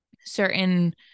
certain